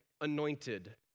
anointed